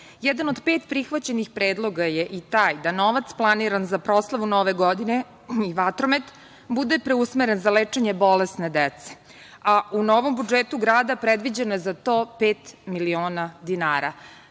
jedan od pet prihvaćenih predloga je i taj da novac planiran za proslavu Nove godine, vatromet, bude preusmeren za lečenje bolesne dece. U novom budžetu grada predviđeno za to je pet miliona dinara.